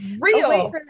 real